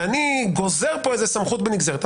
ואני גוזר פה איזה סמכות בנגזרת,